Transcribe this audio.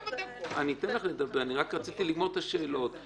אני אתן לך לדבר, אני רק רציתי לגמור את השאלות.